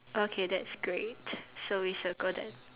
okay that's great so we circle that